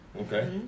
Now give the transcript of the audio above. Okay